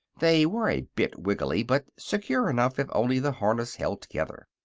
they were a bit wiggley, but secure enough if only the harness held together.